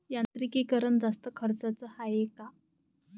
यांत्रिकीकरण जास्त खर्चाचं हाये का?